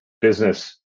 business